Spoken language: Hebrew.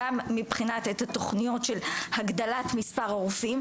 גם מבחינת התוכניות של הגדלת מספר הרופאים,